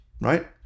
right